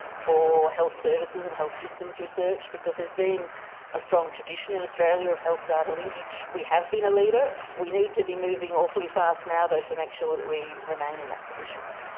for health services and health systems research, because there's been a strong tradition in australia of health data linkage. we have been a leader. we need to be moving awfully fast now though, to make sure that we remain in that position.